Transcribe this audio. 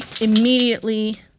immediately